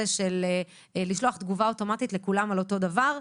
של לשלוח תגובה אוטומטית לכולם על אותו דבר.